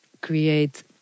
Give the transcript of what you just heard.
create